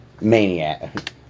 maniac